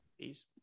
Peace